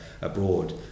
abroad